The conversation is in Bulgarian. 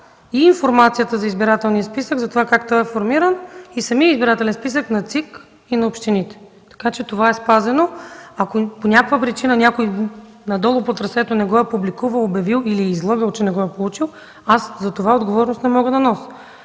информацията за избирателния списък – за това как той е формиран, и самия избирателен списък на ЦИК и на общините. Така че това е спазено. Ако по някаква причина някой надолу по трасето не го е публикувал, обявил или излъгал, че не го е получил, аз не мога да нося